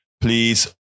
Please